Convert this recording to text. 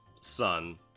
son